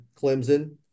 Clemson